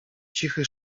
cichy